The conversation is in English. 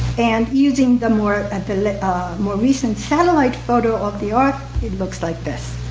and using the more and the like more recent satellite photo of the ark, it looks like this.